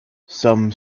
some